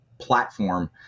platform